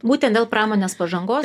būtent dėl pramonės pažangos